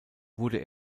wurde